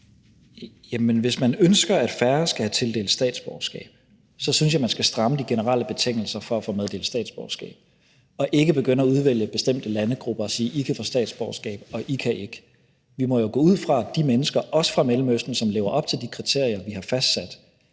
hvis man ønsker, at færre skal have tildelt statsborgerskab, så synes jeg, man skal stramme de generelle betingelser for at få meddelt statsborgerskab og ikke begynde at udvælge bestemte landegrupper og sige: I kan få statsborgerskab, og I kan ikke. Vi må jo gå ud fra, at også de mennesker fra Mellemøsten, som lever op til de kriterier, vi har fastsat,